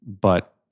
But-